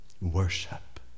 Worship